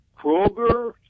Kroger